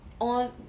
On